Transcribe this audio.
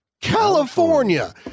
California